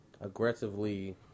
aggressively